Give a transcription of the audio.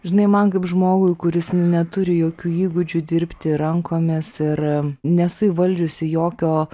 žinai man kaip žmogui kuris neturi jokių įgūdžių dirbti rankomis ir nesu įvaldžiusi jokio